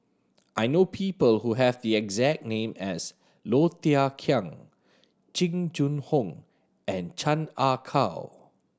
I know people who have the exact name as Low Thia Khiang Jing Jun Hong and Chan Ah Kow